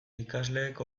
ikasleek